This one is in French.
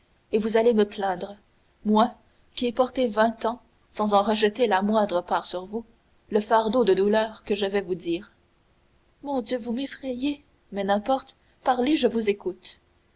et vous allez me plaindre moi qui ai porté vingt ans sans en rejeter la moindre part sur vous le fardeau de douleurs que je vais vous dire mon dieu vous m'effrayez mais n'importe parlez je vous écoute